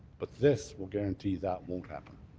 but this will guarantee that won't happen.